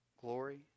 glory